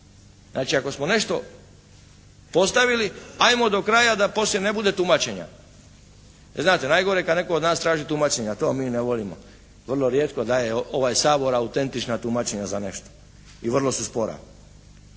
Znači ako smo nešto postaviti ajmo do kraja da poslije ne bude tumačenja. Jer znate, najgore je kad netko od nas traži tumačenja, to mi ne volimo. Vrlo rijetko daje ovaj Sabor autentična tumačenja za nešto. I vrlo su spora.